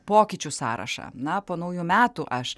pokyčių sąrašą na po naujų metų aš